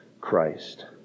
Christ